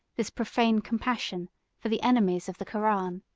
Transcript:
this profane compassion for the enemies of the koran.